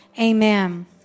Amen